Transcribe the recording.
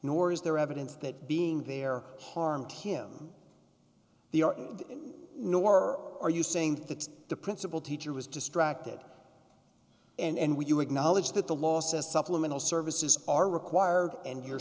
nor is there evidence that being there harmed him the art nor are you saying that the principal teacher was distracted and we do acknowledge that the law says supplemental services are required and you're